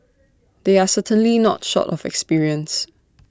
they are certainly not short of experience